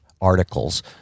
articles